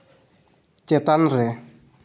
ᱪᱮᱛᱟᱱ ᱨᱮ